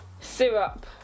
Syrup